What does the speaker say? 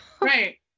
right